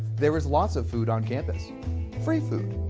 there is lots of food on campus free food.